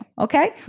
okay